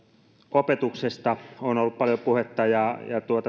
opetuksesta on ollut paljon puhetta ja